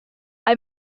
hai